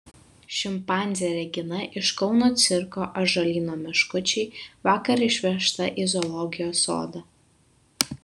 šimpanzė regina iš kauno cirko ąžuolyno meškučiai vakar išvežta į zoologijos sodą